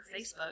Facebook